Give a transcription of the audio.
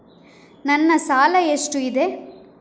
ನನ್ನ ಸಾಲ ಎಷ್ಟು ಇದೆ?